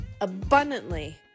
abundantly